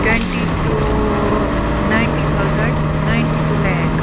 twenty two ninety thousand ninety two lac